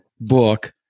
book